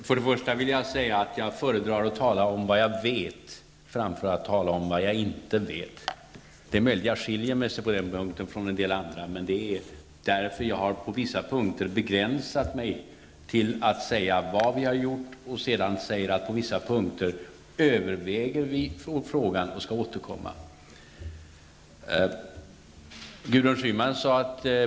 Herr talman! Till att börja med föredrar jag att tala om vad jag vet framför att tala om vad jag inte vet, och det är möjligt att jag skiljer mig på den punkten från en del andra. Det är därför som jag har begränsat mig till att säga vad vi har gjort och att säga att vi överväger vissa frågor och avser att återkomma.